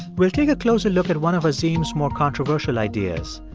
we'll take a closer look at one of azim's more controversial ideas.